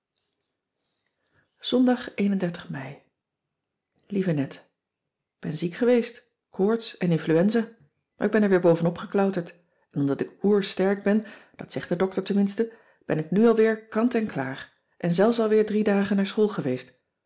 ondag ei ieve et k en ziek geweest koorts en influenza maar k ben er weer bovenop geklauterd en omdat ik oer sterk ben dat zegt de dokter tenminste ben ik nu al weer kant en klaar en zelfs al weer drie dagen naar school geweest